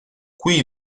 qui